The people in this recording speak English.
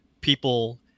people